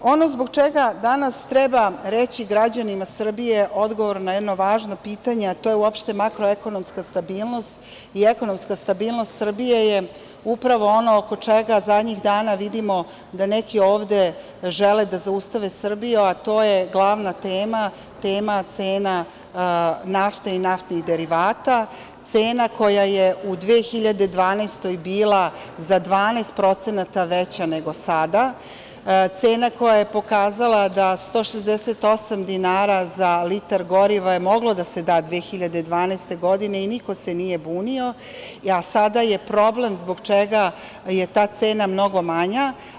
Ono zbog čega danas treba reći građanima Srbije odgovor na jedno važno pitanje, a to je uopšte makroekonomska stabilnost i ekonomska stabilnost Srbije je upravo ono oko čega zadnjih dana vidimo da neki ovde žele da zaustave Srbiju, a to je glavna tema, tema cene nafte i naftnih derivata, cena koja je u 2012. godini bila za 12% veća nego sada, cena koja je pokazala da 168 dinara za litar goriva je moglo da se da 2012. godine i niko se nije bunio, a sada je problem zbog čega je ta cena mnogo manje.